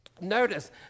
Notice